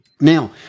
Now